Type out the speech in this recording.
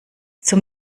zum